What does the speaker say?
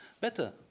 better